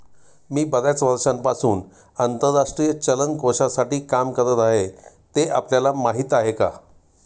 मी बर्याच वर्षांपासून आंतरराष्ट्रीय चलन कोशासाठी काम करत आहे, ते आपल्याला माहीत आहे का?